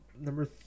Number